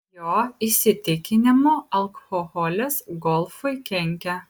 jo įsitikinimu alkoholis golfui kenkia